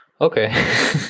Okay